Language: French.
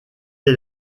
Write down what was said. est